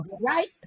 right